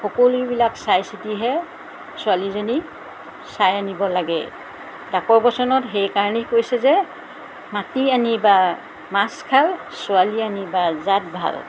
সকলোবিলাক চাই চিতিহে ছোৱালীজনীক চাই আনিব লাগে ডাকৰ বচনত সেইকাৰণেই কৈছে যে মাটি আনিবা মাছ খাল ছোৱালী আনিবা জাত ভাল